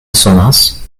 sonas